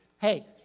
hey